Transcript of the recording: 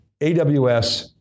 AWS